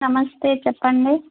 నమస్తే చెప్పండి